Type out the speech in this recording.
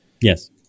Yes